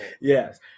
Yes